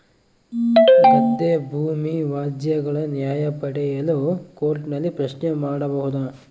ಗದ್ದೆ ಭೂಮಿ ವ್ಯಾಜ್ಯಗಳ ನ್ಯಾಯ ಪಡೆಯಲು ಕೋರ್ಟ್ ನಲ್ಲಿ ಪ್ರಶ್ನೆ ಮಾಡಬಹುದಾ?